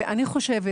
אני חושבת